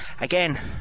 again